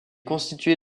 constitué